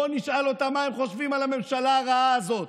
בוא נשאל אותם מה הם חושבים על הממשלה הרעה הזאת.